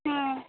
ಹಾಂ